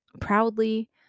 proudly